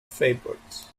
favorites